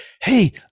Hey